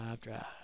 drive